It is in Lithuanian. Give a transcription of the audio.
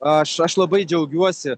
aš aš labai džiaugiuosi